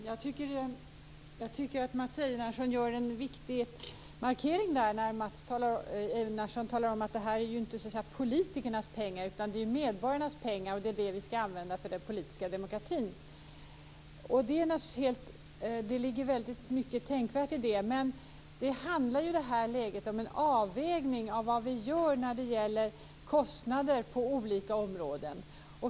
Fru talman! Jag tycker att Mats Einarsson gör en viktig markering när han talar om att detta inte är politikernas pengar utan medborgarnas pengar som vi skall använda för den politiska demokratin. Det ligger väldigt mycket tänkvärt i det, men det handlar i detta läge om en avvägning av vad vi gör när det gäller kostnader på olika områden.